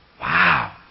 Wow